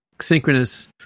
synchronous